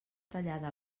tallada